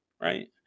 right